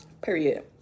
Period